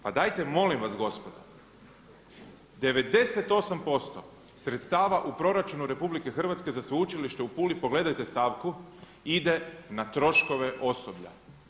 Pa dajte molim vas gospodo, 98% sredstava u proračunu RH za Sveučilište u Puli pogledajte stavku ide na troškove osoblja.